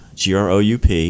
group